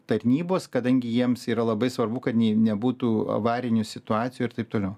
tarnybos kadangi jiems yra labai svarbu kad nebūtų avarinių situacijų ir taip toliau